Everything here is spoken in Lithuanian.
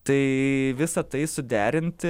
tai visa tai suderinti